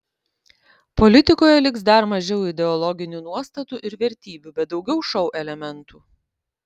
politikoje liks dar mažiau ideologinių nuostatų ir vertybių bet daugiau šou elementų